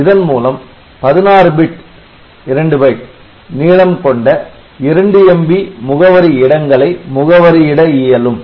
இதன் மூலம் 16 bit 2 byte நீளம் கொண்ட 2MB முகவரி இடங்களை முகவரியிட இயலும்